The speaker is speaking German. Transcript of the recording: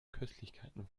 köstlichkeiten